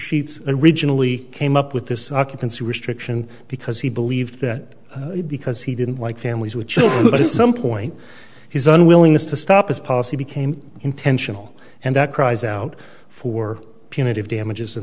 sheets and originally came up with this occupancy restriction because he believed that because he didn't like families with children but at some point his unwillingness to stop his policy became intentional and that cries out for punitive damages in